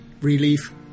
relief